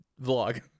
vlog